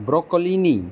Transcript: બ્રોકોલીની